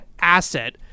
asset